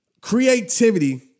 Creativity